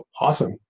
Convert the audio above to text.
awesome